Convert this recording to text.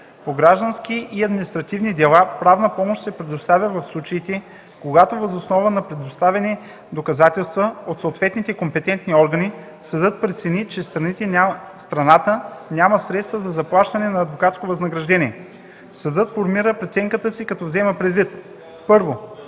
По граждански и административни дела правна помощ се предоставя в случаите, когато въз основа на предоставени доказателства от съответните компетентни органи съдът прецени, че страната няма средства за заплащане на адвокатско възнаграждение. Съдът формира преценката си, като взема предвид: 1.